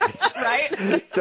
Right